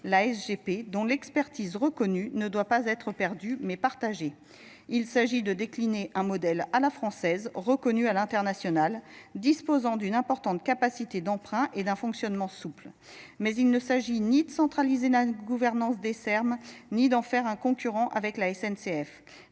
la S G P, dont l'expertise reconnue, ne doit pas être perdue mais partagée il s'agit de décliner un modèle à la française, reconnu à l'international, disposant d'une importante capacité d'emprunt et d'un fonctionnement souple mais il ne s'agit ni de centraliser la gouvernance des R M, ni d'en faire un concurrent avec la N C F.